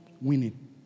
winning